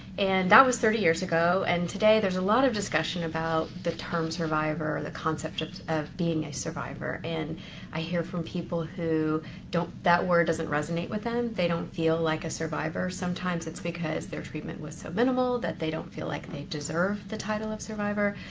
and that was thirty years ago, and today there's a lot of discussion about the term survivor, the concept of being a survivor. and i heard from people who don't, that word doesn't resonate with them. they don't feel like a survivor. sometimes it's because their treatment was so minimal that they don't feel like they deserve the title of survivor.